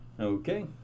Okay